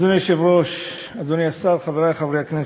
אדוני היושב-ראש, אדוני השר, חברי חברי הכנסת,